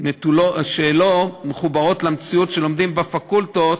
שלא מחוברות למציאות שלומדים בפקולטות,